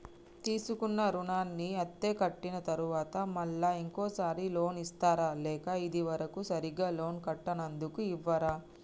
తీసుకున్న రుణాన్ని అత్తే కట్టిన తరువాత మళ్ళా ఇంకో సారి లోన్ ఇస్తారా లేక ఇది వరకు సరిగ్గా లోన్ కట్టనందుకు ఇవ్వరా?